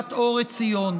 בישיבת אור עציון,